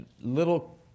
little